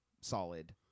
solid